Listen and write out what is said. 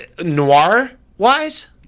Noir-wise